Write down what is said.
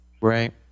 Right